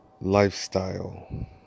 lifestyle